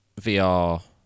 VR